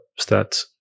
Stats